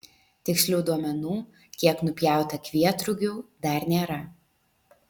tikslių duomenų kiek nupjauta kvietrugių dar nėra